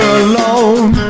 alone